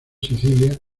sicilia